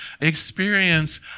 experience